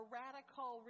radical